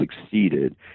succeeded